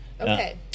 Okay